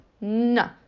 no